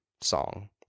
song